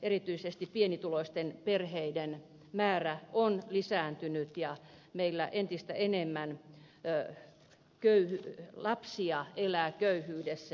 erityisesti pienituloisten perheiden määrä on lisääntynyt ja meillä entistä enemmän lapsia elää köyhyydessä